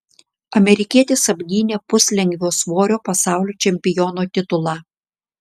amerikietis apgynė puslengvio svorio pasaulio čempiono titulą